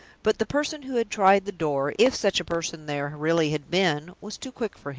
but the person who had tried the door if such a person there really had been was too quick for him.